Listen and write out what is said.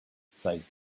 sighed